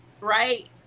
Right